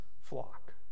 flock